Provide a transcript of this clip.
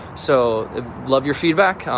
so love your feedback,